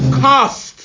cost